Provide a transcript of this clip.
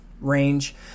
range